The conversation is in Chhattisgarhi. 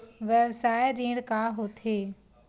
व्यवसाय ऋण का होथे?